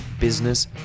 business